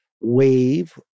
wave